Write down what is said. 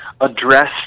address